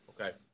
Okay